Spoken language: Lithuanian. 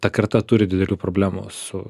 ta karta turi didelių problemų su